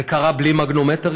זה קרה בלי מגנומטרים,